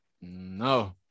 No